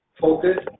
focused